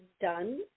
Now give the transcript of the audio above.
done